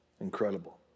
Incredible